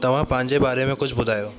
तव्हां पंहिंजे बारे में कुझु ॿुधायो